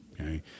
Okay